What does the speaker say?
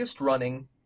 running